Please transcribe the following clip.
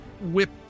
whip